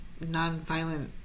nonviolent